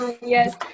yes